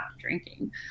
drinking